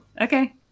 Okay